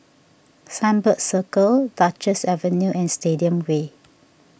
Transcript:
Sunbird Circle Duchess Avenue and Stadium Way